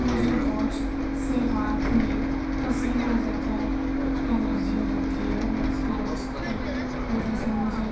مجھے واچ سے ہاتھ میں پسینہ آ جاتا ہے الرجی ہو جاتی ہے اور اس واچ کی وجہ سے مجھے